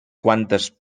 quantes